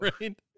right